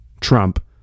Trump